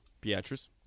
Beatrice